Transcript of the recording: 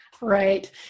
Right